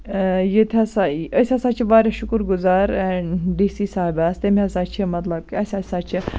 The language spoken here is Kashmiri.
ییٚتہِ ہَسا أسۍ ہَسا چھِ واریاہ شُکُر گُزار ڈی سی صاحِباہَس تٔمۍ ہَسا چھِ مَطلَب کہِ اَسہِ ہَسا چھِ